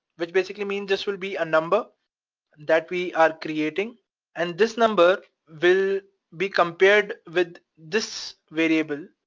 which basically means this will be a number that we are creating and this number will be compared with this variable.